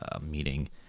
meeting